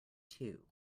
two